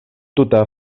tuta